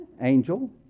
angel